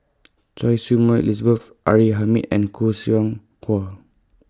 Choy Su Moi Elizabeth R A Hamid and Khoo Seow Hwa